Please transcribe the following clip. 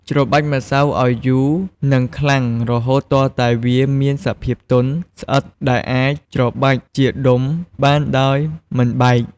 ច្របាច់ម្សៅឱ្យយូរនិងខ្លាំងរហូតទាល់តែវាមានសភាពទន់ ស្អិតដែលអាចច្របាច់ជាដុំបានដោយមិនបែក។